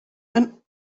and